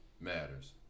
matters